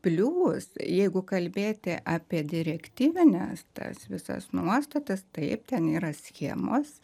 plius jeigu kalbėti apie direktyvines tas visas nuostatas taip ten yra schemos